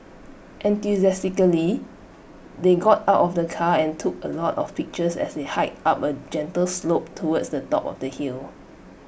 enthusiastically they got out of the car and took A lot of pictures as they hiked up A gentle slope towards the top of the hill